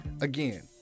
again